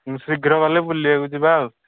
ଶୀଘ୍ର ଗଲେ ବୁଲିବାକୁ ଯିବା ଆଉ